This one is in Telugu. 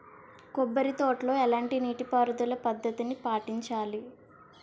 కొబ్బరి తోటలో ఎలాంటి నీటి పారుదల పద్ధతిని పాటించాలి?